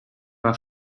waar